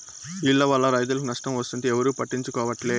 ఈల్ల వల్ల రైతులకు నష్టం వస్తుంటే ఎవరూ పట్టించుకోవట్లే